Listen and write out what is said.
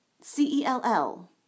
C-E-L-L